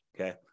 Okay